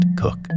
cook